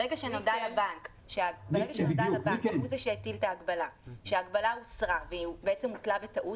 ברגע שנודע לבנק שההגבלה הוסרה והיא בעצם הוטלה בטעות,